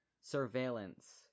surveillance